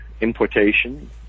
importation